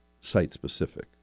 site-specific